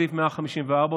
סעיף 154,